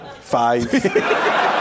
Five